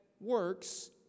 works